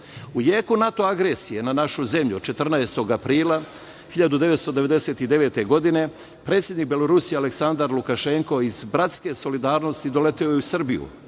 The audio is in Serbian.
jeku NATO agresije na našu zemlju, 14. aprila 1999. godine, predsednik Belorusije Aleksandar Lukašenko iz bratske solidarnosti doleteo je u Srbiju.